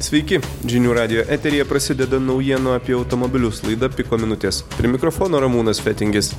sveiki žinių radijo eteryje prasideda naujienų apie automobilius laida piko minutės prie mikrofono ramūnas fetingis